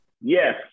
Yes